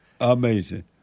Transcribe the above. Amazing